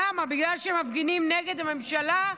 למה, בגלל שהם מפגינים נגד הממשלה?